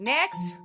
Next